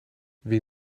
wie